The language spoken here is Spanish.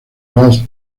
lost